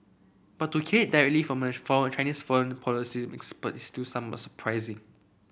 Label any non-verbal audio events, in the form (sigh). but to hear it directly (unintelligible) from a Chinese foreign policy expert is still somewhat surprising